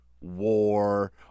war